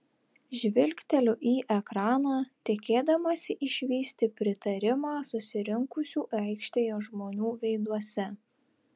žvilgteliu į ekraną tikėdamasi išvysti pritarimą susirinkusių aikštėje žmonių veiduose